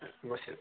എന്നാൽ ശരി